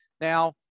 Now